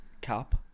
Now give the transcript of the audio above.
cap